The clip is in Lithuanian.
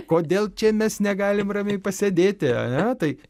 kodėl čia mes negalim ramiai pasėdėti ane tai